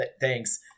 thanks